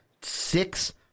six